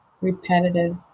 Repetitive